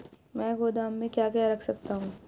मैं गोदाम में क्या क्या रख सकता हूँ?